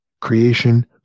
creation